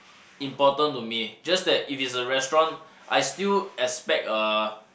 important to me just that if it's a restaurant I still expect a